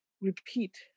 repeat